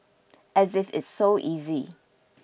as if it's so easy